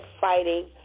fighting